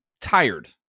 tired